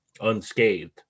unscathed